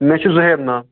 مےٚ چھُ زُہیب ناو